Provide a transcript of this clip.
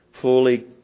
fully